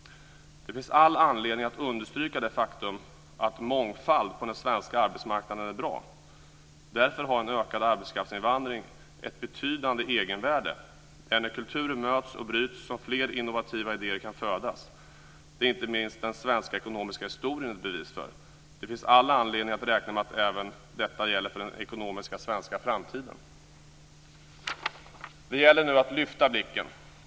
Det finns all anledning att understryka det faktum att mångfald på den svenska arbetsmarknaden är bra. Därför har en ökad arbetskraftsinvandring ett betydande egenvärde. Det är när kulturer möts och bryts mot varandra som fler innovativa idéer kan födas. Det är inte minst den svenska ekonomiska historien ett bevis för. Det finns alla anledning att räkna med att detta gäller även för den svenska ekonomiska framtiden. Det gäller nu att lyfta blicken.